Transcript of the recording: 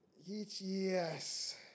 Yes